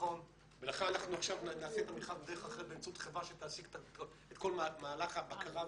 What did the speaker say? ולכן אנחנו עכשיו נעשה את המכרז באמצעות חברה שתעסיק את כל מהלך הבקרה,